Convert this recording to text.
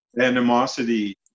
Animosity